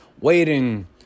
waiting